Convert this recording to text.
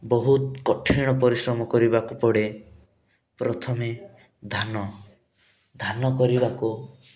ବହୁତ କଠିଣ ପରିଶ୍ରମ କରିବାକୁ ପଡ଼େ ପ୍ରଥମେ ଧାନ ଧାନ କରିବାକୁ